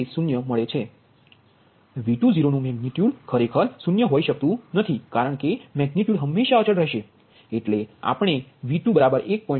0 મળે છે V20 નુ મેગનિટ્યુડ ખરેખર 0 હોઈ શકતું નથી કારણ કે મેગનિટ્યુડ હંમેશા અચલ રહેશે એટલે આપણ ને V2 1